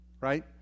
right